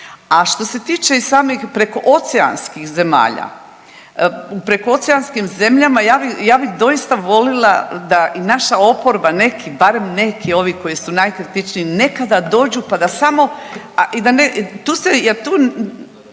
A što se tiče i samih prekooceanskih zemalja, u prekooceanskim zemljama ja bih, ja bih doista volila da i naša oporba neki, barem neki ovi koji su najkritičniji nekada dođu, pa da samo